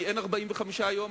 כי אין 45 יום,